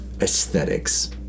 aesthetics